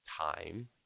time